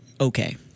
okay